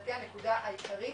מבחינתי הנקודה העיקרית,